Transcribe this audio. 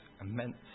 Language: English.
immense